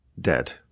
dead